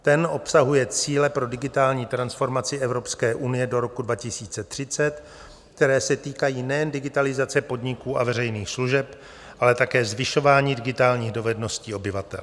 Ten obsahuje cíle pro digitální transformaci Evropské unie do roku 2030, které se týkají nejen digitalizace podniků a veřejných služeb, ale také zvyšování digitálních dovedností obyvatel.